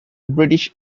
british